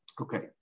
Okay